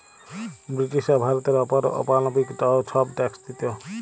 ব্রিটিশরা ভারতের অপর অমালবিক ছব ট্যাক্স দিত